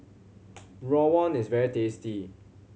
rawon is very tasty